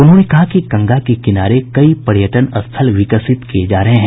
उन्होंने कहा कि गंगा के किनारे कई पर्यटन स्थल विकसित किए जा रहे हैं